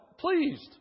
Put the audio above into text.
pleased